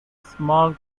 small